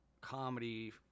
comedy